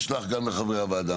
וזה נשלח גם לחברי הוועדה.